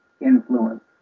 influence